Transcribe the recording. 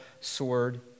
sword